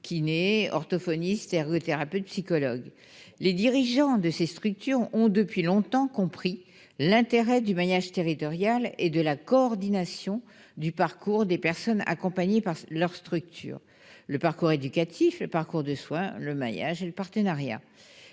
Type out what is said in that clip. orthophonistes, ergothérapeutes, psychologues. Les dirigeants de ces structures ont depuis longtemps compris l'intérêt du maillage territorial et de la coordination du parcours des personnes accompagnées par leurs structures : parcours éducatif, parcours de soins, maillage et partenariat.